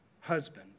husband